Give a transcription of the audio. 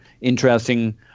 interesting